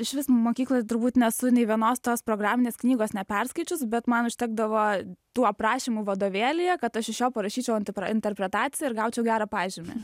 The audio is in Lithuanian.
išvis mokykloj turbūt nesu nė vienos tos programinės knygos neperskaičius bet man užtekdavo tų aprašymų vadovėlyje kad aš iš jo parašyčiau anter interpretaciją ir gaučiau gerą pažymį